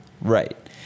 Right